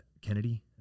kennedy